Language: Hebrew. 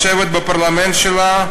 לשבת בפרלמנט שלה,